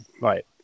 Right